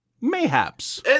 Mayhaps